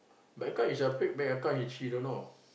bank account it's a fake bank account she she don't know